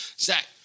Zach